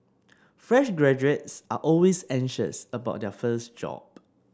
fresh graduates are always anxious about their first job